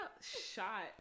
shot